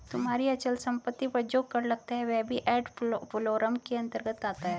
तुम्हारी अचल संपत्ति पर जो कर लगता है वह भी एड वलोरम कर के अंतर्गत आता है